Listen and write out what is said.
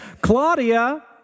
Claudia